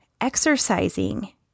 exercising